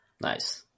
Nice